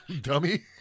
Dummy